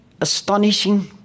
astonishing